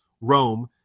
Rome